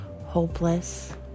hopeless